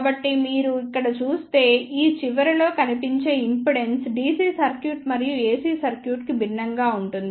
కాబట్టి మీరు ఇక్కడ చూస్తే ఈ చివరలో కనిపించే ఇంపెడెన్స్ DC సర్క్యూట్ మరియు AC సర్క్యూట్కు భిన్నంగా ఉంటుంది